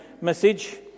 message